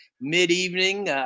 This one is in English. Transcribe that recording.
mid-evening